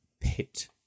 pit